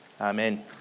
Amen